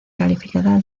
calificada